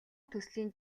төслийн